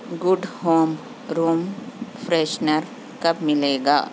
good home room freshener کب ملے گا